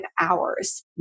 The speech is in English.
hours